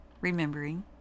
remembering